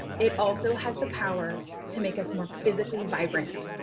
it also has the power to make us more physically vibrant.